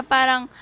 Parang